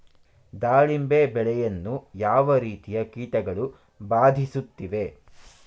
ದಾಳಿಂಬೆ ಬೆಳೆಯನ್ನು ಯಾವ ರೀತಿಯ ಕೀಟಗಳು ಬಾಧಿಸುತ್ತಿವೆ?